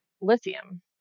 lithium